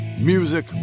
Music